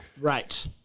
Right